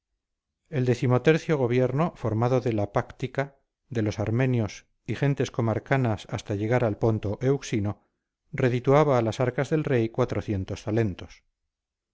el décimotercio gobierno formado de la pactica de los armenios y gentes comarcanas hasta llegar al ponto euxino redituaba a las arcas del rey talentos